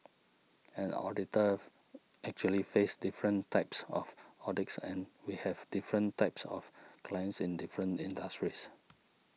an auditor actually faces different types of audits and we have different types of clients in different industries